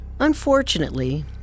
Unfortunately